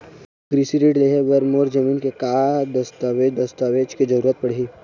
कृषि ऋण लेहे बर मोर जमीन के का दस्तावेज दस्तावेज के जरूरत पड़ही?